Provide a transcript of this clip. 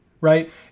right